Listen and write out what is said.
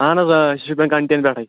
اَہَن حظ آ أسۍ چھِ شُپین کینٹیٖنہٕ پیٚٹھٕے